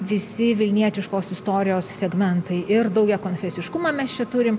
visi vilnietiškos istorijos segmentai ir daugiakonfesiškumą mes čia turim